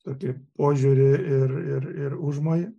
tokį požiūrį ir ir ir užmojį